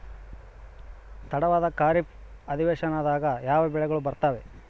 ತಡವಾದ ಖಾರೇಫ್ ಅಧಿವೇಶನದಾಗ ಯಾವ ಬೆಳೆಗಳು ಬರ್ತಾವೆ?